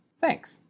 Thanks